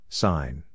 sign